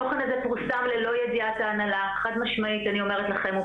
התוכן הזה פורסם ללא ידיעת ההנהלה חד משמעית אני אומרת לכם,